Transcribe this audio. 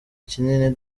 kinini